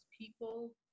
People